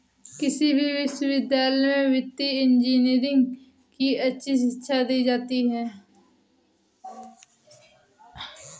किसी भी विश्वविद्यालय में वित्तीय इन्जीनियरिंग की अच्छी शिक्षा दी जाती है